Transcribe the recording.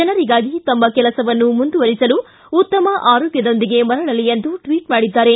ಜನರಿಗಾಗಿ ತಮ್ನ ಕೆಲಸವನ್ನು ಮುಂದುವರಿಸಲು ಉತ್ತಮ ಆರೋಗ್ಟದೊಂದಿಗೆ ಮರಳಲಿ ಎಂದು ಟ್ವಿಟ್ ಮಾಡಿದ್ದಾರೆ